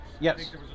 Yes